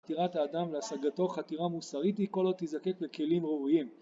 חתירת האדם להשגתו חתירה מוסרית היא כל עוד תזקק בכלים ראויים